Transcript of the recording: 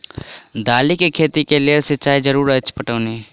दालि केँ खेती केँ लेल सिंचाई जरूरी अछि पटौनी?